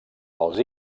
pels